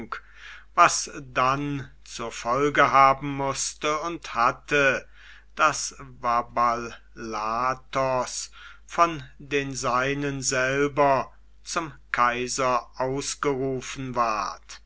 was dann zur folge haben mußte und hatte daß vaballathos von den seinen selber zum kaiser ausgerufen ward